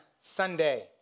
Sunday